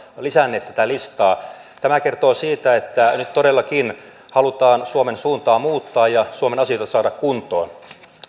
lisänneet tätä listaa tämä kertoo siitä että nyt todellakin halutaan suomen suuntaa muuttaa ja suomen asioita saada kuntoon